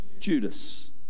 Judas